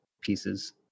pieces